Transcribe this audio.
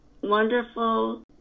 wonderful